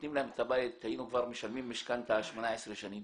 נותנים להם את הבית היינו כבר משלמים משכנתא 18 שנים.